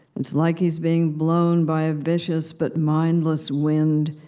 it's like he's being blown by a vicious, but mindless, wind,